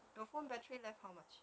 your phone battery left how much